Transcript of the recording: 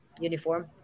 uniform